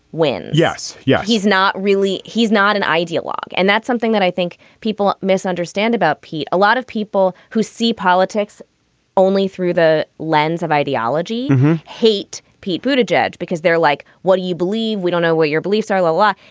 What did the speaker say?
when. yes. yeah. he's not really he's not an ideologue. and that's something that i think people misunderstand about, pete. a lot of people who see politics only through the lens of ideology hate people to judge because they're like, what do you believe? we don't know what your beliefs are, lalah.